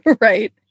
right